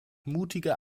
mutige